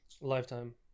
Lifetime